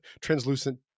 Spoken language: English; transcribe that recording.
translucent